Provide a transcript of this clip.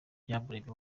byamurenze